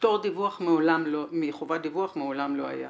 ופטור מחובת דיווח מעולם לא היה.